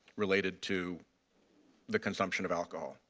related to the consumption of alcohol?